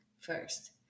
first